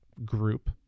group